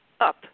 up